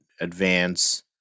advance